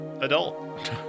adult